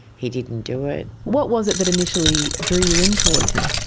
he didn't do it. what was it that initially drew you in towards him?